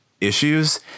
issues